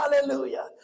Hallelujah